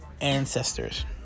ancestors